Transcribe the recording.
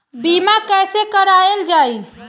बीमा कैसे कराएल जाइ?